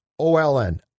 OLN